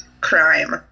Crime